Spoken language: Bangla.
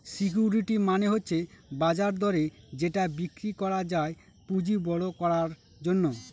সিকিউরিটি মানে হচ্ছে বাজার দরে যেটা বিক্রি করা যায় পুঁজি বড়ো করার জন্য